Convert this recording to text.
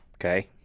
Okay